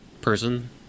person